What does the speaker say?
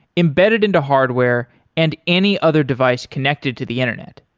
embedded into hardware and any other device connected to the internet.